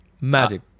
Magic